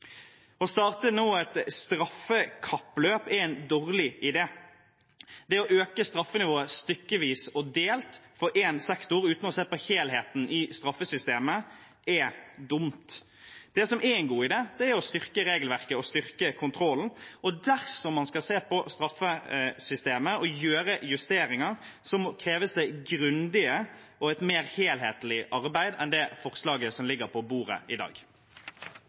Å starte et straffekappløp nå er en dårlig idé. Å øke straffenivået stykkevis og delt for én sektor uten å se på helheten i straffesystemet er dumt. Det som er en god idé, er å styrke regelverket og styrke kontrollen, og dersom man skal se på straffesystemet og gjøre justeringer, kreves det et grundigere og mer helhetlig arbeid enn det forslaget som ligger på bordet i dag.